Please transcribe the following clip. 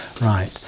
Right